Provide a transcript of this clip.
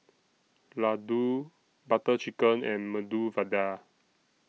Ladoo Butter Chicken and Medu Vada